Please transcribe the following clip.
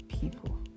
people